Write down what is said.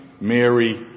Mary